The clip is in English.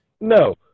no